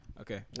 okay